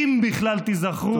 אם בכלל תיזכרו,